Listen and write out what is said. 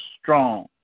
strong